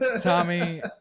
Tommy